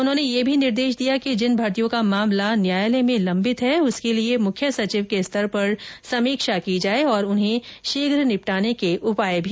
उन्होंने यह निर्देश भी दिया कि जिन भर्तियों का मामला न्यायालय में लंबित है उसके लिए मुख्य सचिव के स्तर पर समीक्षा की जाये और उन्हें शीघ निपटाने के उपाय किये जाये